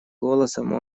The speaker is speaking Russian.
голосом